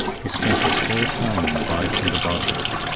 he spent his whole time in vice and debauchery.